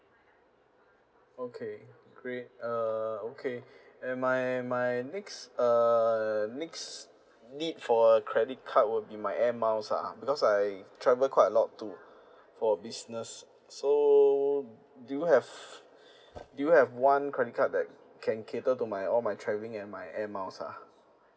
okay great uh okay and my my next err next need for credit card will be my air miles ah because I travel quite a lot too for business so do you have do you have one credit card that can cater to my all my travelling and my air miles ah